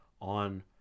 on